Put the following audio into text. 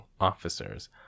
officers